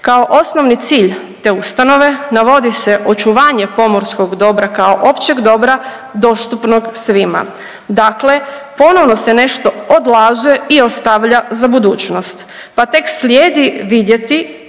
Kao osnovni cilj te ustanove navodi se očuvanje pomorskog dobra kao općeg dobra dostupnog svima, dakle ponovno se nešto odlaže i ostavlja za budućnost, pa tek slijedi vidjeti